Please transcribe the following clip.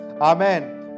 amen